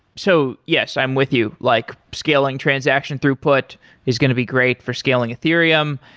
so, yes, i'm with you, like scaling transaction throughput is going to be great for scaling ethereum.